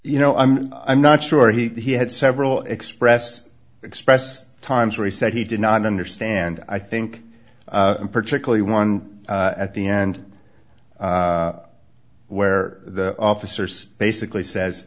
you know i'm i'm not sure he had several express express times where he said he did not understand i think particularly one at the end where the officers basically says